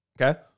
Okay